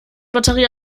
batterie